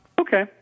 Okay